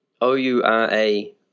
O-U-R-A